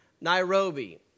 Nairobi